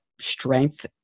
strength